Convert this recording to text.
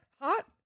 hot